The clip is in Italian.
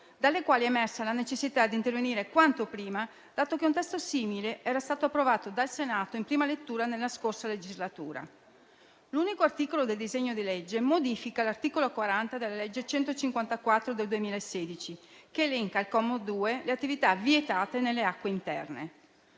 dalle quali è emersa la necessità di intervenire quanto prima, dato che un testo simile era stato approvato dal Senato in prima lettura nella scorsa legislatura. L'unico articolo del disegno di legge modifica l'articolo 40 della legge n. 154 del 2016, che al comma 2 elenca le attività vietate nelle acque interne.